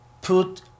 put